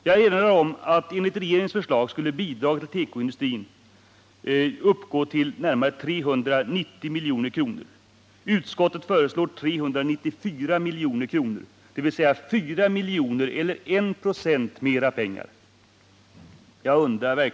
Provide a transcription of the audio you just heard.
Jag erinrar om att enligt regeringens förslag skulle bidraget till tekoindustrin uppgå till 390,5 milj.kr. Utskottet föreslår 394,5 milj.kr. Det är med andra ord fråga om en ökning med 4 miljoner eller med 1 926.